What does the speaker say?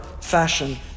fashion